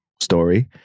story